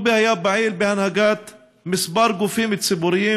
טובי היה פעיל בהנהגת כמה גופים ציבוריים,